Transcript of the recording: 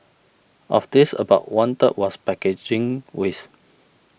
of this about one third was packaging waste